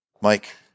Mike